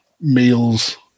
meals